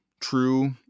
true